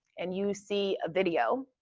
and you see a video